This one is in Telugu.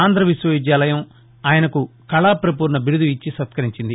ఆంద విశ్వవిద్యాలయం ఆయన కళాప్రపూర్ణ బీరుదు ఇచ్చి సత్యరించింది